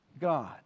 God